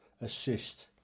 assist